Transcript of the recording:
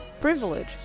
privilege